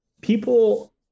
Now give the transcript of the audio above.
people